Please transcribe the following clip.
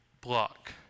block